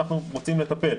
הם רוצים לטפל.